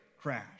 crash